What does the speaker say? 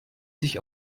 sich